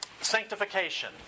sanctification